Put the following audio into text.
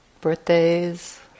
Birthdays